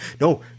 no